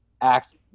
act